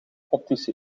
optische